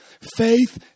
faith